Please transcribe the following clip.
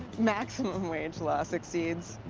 maximum wage law succeeds.